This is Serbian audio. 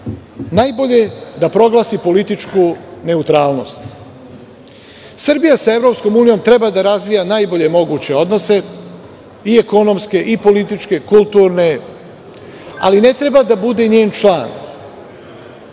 najbolje da proglasi političku neutralnost. Srbija sa EU treba da razvija najbolje moguće odnose i ekonomske i političke, kulturne, ali ne treba da bude njen član.